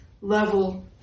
level